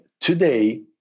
today